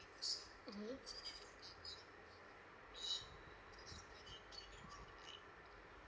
mmhmm